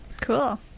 cool